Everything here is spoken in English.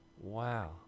Wow